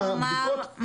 כלומר,